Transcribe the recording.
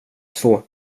två